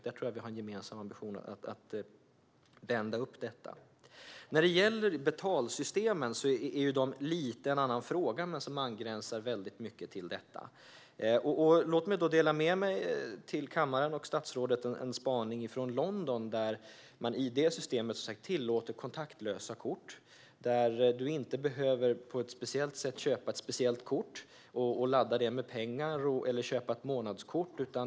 Där har vi en gemensam ambition att vända situationen. Betalsystemen är lite av en annan fråga, men de angränsar till det vi talar om nu. Låt mig dela med mig till kammaren och statsrådet en spaning från London. I det systemet tillåter man kontaktlösa kort där du inte behöver köpa ett speciellt kort och ladda det med pengar eller köpa ett månadskort.